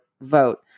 vote